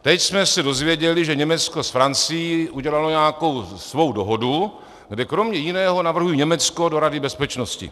Teď jsme se dozvěděli, že Německo s Francií udělalo nějakou svou dohodu, kde kromě jiného navrhují Německo do Rady bezpečnosti.